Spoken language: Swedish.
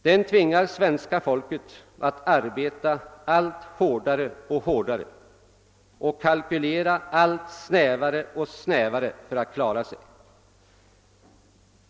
Den tvingar svenska folket att arbeta allt hårdare och kalkylera allt snävare för att klara sig.